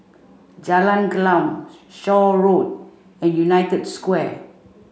Jalan Gelam Shaw Road and United Square